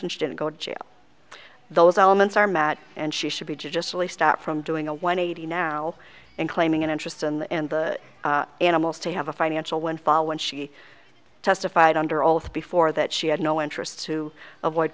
and she didn't go to jail those elements are mad and she should be just really stopped from doing a one hundred now and claiming an interest and the animals to have a financial windfall when she testified under oath before that she had no interest to avoid